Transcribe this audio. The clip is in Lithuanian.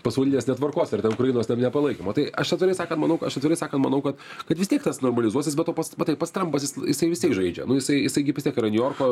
pasaulinės netvarkos ir ten ukrainos nepalaikymo tai aš atvirai sakant manau aš atvirai sakant manau kad kad vis tiek tas normalizuosis be to pats matai pats trampas jisai vistiek žaidžia nu jisai jisai gi vis tiek yra niujorko